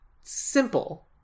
simple